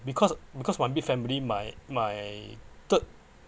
because because my big family my my third